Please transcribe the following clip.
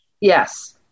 yes